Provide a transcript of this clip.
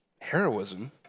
heroism